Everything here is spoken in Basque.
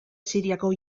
siriako